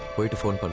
wait for and but